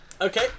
Okay